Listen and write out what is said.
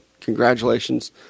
congratulations